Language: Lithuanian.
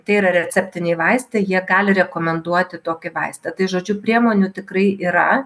tai yra receptiniai vaistai jie gali rekomenduoti tokį vaistą tai žodžiu priemonių tikrai yra